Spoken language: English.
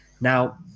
Now